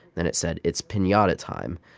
then it said, it's pinata time.